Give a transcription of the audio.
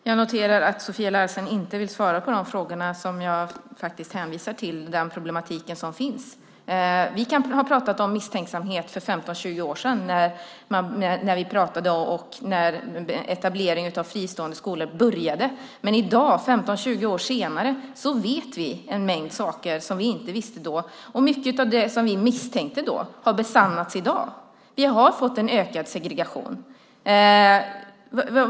Fru talman! Jag noterar att Sofia Larsen inte vill svara på de frågor som jag ställde om den problematik som finns. Vi pratade om misstänksamhet för 15-20 år sedan när etableringen av fristående skolor började. I dag, 15-20 år senare, vet vi en mängd saker som vi inte visste då. Mycket av det vi misstänkte då har besannats i dag. Vi har fått en ökad segregation.